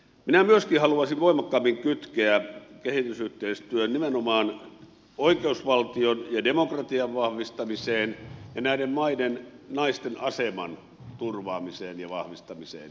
minä myöskin haluaisin voimakkaammin kytkeä kehitysyhteistyön nimenomaan oikeusvaltion ja demokratian vahvistamiseen ja näiden maiden naisten aseman turvaamiseen ja vahvistamiseen